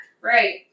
Right